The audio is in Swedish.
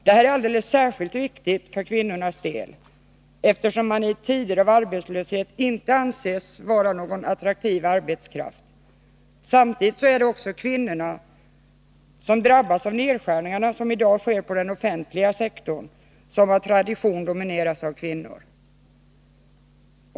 Detta är alldeles särskilt viktigt för kvinnornas del, eftersom de i tider av arbetslöshet inte anses som någon attraktiv arbetskraft. Samtidigt är det kvinnorna som drabbas av de nedskärningar som i dag sker i den offentliga sektorn, vilken av tradition domineras av kvinnor.